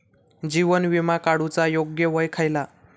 जीवन विमा काडूचा योग्य वय खयला?